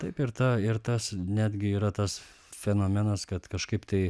taip ir ta ir tas netgi yra tas fenomenas kad kažkaip tai